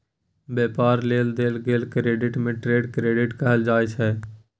व्यापार लेल देल गेल क्रेडिट के ट्रेड क्रेडिट कहल जाइ छै